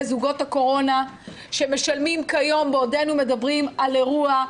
זוגות הקורונה שמשלמים כיום בעודנו מדברים על אירוע,